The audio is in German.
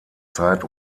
zeit